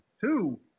Two